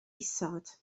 isod